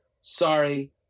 sorry